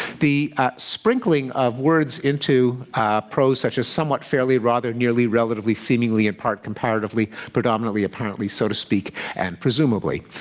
the sprinkling of words into prose such a somewhat, fairly, rather, nearly, relatively, seemingly, in part, comparatively, predominantly, apparently, so to speak, and presumably.